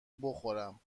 بخورم